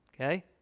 okay